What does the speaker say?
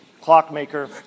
clockmaker